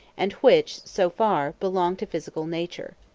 and which, so far, belong to physical nature.